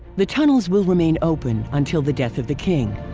the tunnels will remain open until the death of the king.